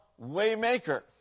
Waymaker